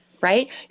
right